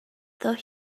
though